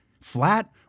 flat